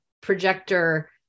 projector